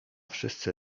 wszyscy